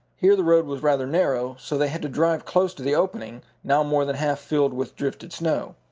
here the road was rather narrow, so they had to drive close to the opening, now more than half filled with drifted snow.